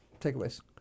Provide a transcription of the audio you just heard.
Takeaways